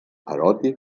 eròtic